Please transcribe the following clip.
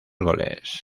goles